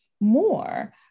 more